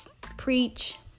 preach